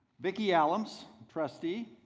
vicki allums trustee,